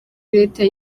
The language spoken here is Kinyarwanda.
leta